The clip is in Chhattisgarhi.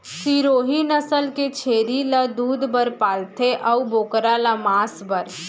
सिरोही नसल के छेरी ल दूद बर पालथें अउ बोकरा ल मांस बर